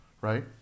right